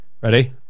Ready